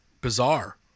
Bizarre